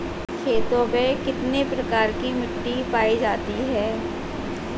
खेतों में कितने प्रकार की मिटी पायी जाती हैं?